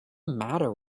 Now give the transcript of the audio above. matter